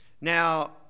Now